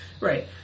Right